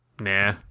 Nah